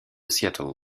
seattle